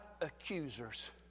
accusers